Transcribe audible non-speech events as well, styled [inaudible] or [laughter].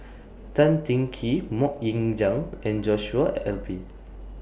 [noise] Tan Teng Kee Mok Ying Jang and Joshua Ip